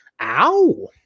Ow